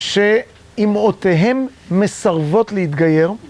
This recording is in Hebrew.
שאמרותיהם מסרבות להתגייר.